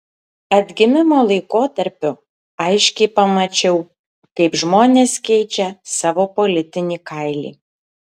atgimimo laikotarpiu aiškiai pamačiau kaip žmonės keičia savo politinį kailį